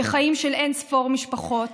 וחיים של אין-ספור משפחות